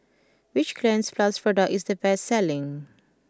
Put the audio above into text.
which Cleanz plus product is the best selling